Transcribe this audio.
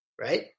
right